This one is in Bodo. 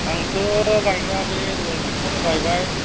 आंथ' गायग्रा बे रनजितखौनो गायबाय